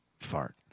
fart